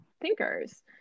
thinkers